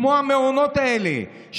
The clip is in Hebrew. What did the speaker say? כמו המעונות האלה,